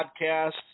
Podcasts